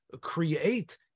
create